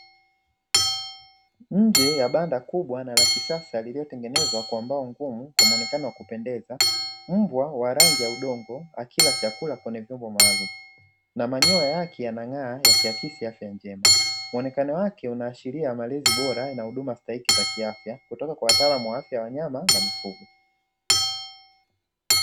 Nje ya banda kubwa na la kisasa, linalotumika lililotengenezwa kwa mbao ngumu kwa muonekano wa kupendeza. Mbwa wa rangi ya udongo akila chakula kwenye vyombo maalumu. Na manyoya yake yanang'aa yakiakisi afya yake njema. Muonekano wake unaashiria malezi bora na huduma stahiki za kiafya kutoka kwa wataalamu wa afya ya wanyama na mifugo.